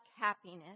happiness